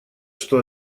что